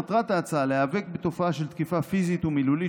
מטרת ההצעה היא להיאבק בתופעה של תקיפה פיזית ומילולית